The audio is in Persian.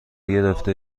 گرفته